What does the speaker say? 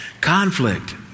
Conflict